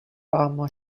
armor